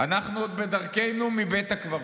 אנחנו עוד בדרכנו מבית הקברות,